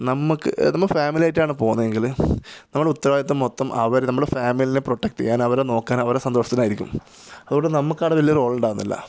നമുക്ക് നമ്മൾ ഫാമിലിയായിട്ടാണ് പോകുന്നതെങ്കിൽ നമ്മളുടെ ഉത്തരവാദിത്വം മൊത്തം അവർ നമ്മുടെ ഫാമിലിയെ പ്രൊട്ടക്റ്റ് ചെയ്യാനവരെ നോക്കാന് അവരെ സന്തോഷത്തിനായിരിക്കും അതുകൊണ്ട് നമുക്കവിടെ വലിയ റോളുണ്ടാകുന്നില്ല